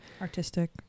artistic